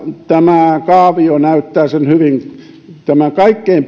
tämä kaavio näyttää sen hyvin kaikkein